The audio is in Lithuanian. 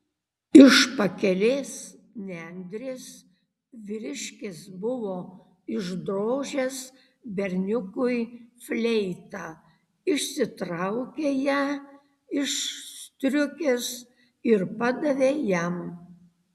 iš pakelės nendrės vyriškis buvo išdrožęs berniukui fleitą išsitraukė ją iš striukės ir padavė jam